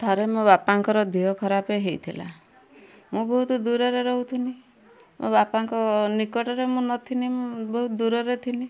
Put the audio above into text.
ଥରେ ମୋ ବାପାଙ୍କର ଦେହ ଖରାପ ହେଇଥେଲା ମୁଁ ବହୁତ ଦୂରରେ ରହୁଥିନି ମୋ ବାପାଙ୍କ ନିକଟରେ ମୁଁ ନଥିନି ବହୁତ ଦୂରରେ ଥିନି